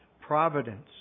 providence